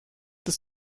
des